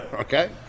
okay